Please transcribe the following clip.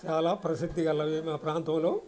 చాలా ప్రసిద్ధి కలవి మా ప్రాంతంలో